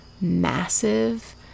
massive